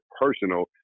personal